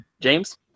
James